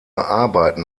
arbeiten